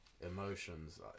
emotions